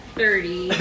thirty